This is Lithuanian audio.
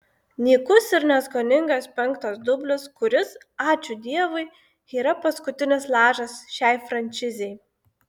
nykus ir neskoningas penktas dublis kuris ačiū dievui yra paskutinis lašas šiai franšizei